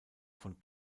von